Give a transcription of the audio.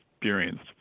experienced